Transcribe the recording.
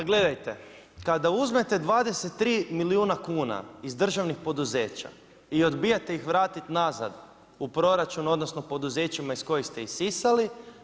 A gledajte, kada uzmete 23 milijuna kuna iz državnih poduzeća i odbijate ih vratiti nazad u proračun odnosno poduzećima iz kojih ste ih isisali.